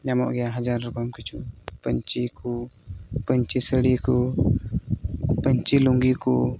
ᱧᱟᱢᱚᱜ ᱜᱮᱭᱟ ᱦᱟᱡᱟᱨ ᱨᱚᱠᱚᱢ ᱠᱤᱪᱷᱩ ᱯᱟᱹᱧᱪᱤ ᱠᱚ ᱯᱟᱹᱧᱪᱤ ᱥᱟᱹᱲᱤ ᱠᱚ ᱯᱟᱹᱧᱪᱤ ᱞᱩᱸᱜᱤ ᱠᱚ